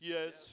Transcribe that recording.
Yes